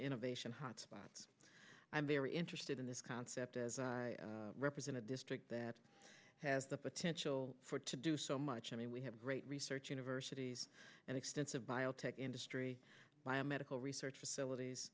innovation hotspot i'm very interested in this concept as represented a district that has the potential for to do so much i mean we have great research universities and extensive biotech industry biomedical research facilities